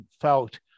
felt